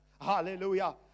hallelujah